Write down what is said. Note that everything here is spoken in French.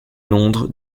londres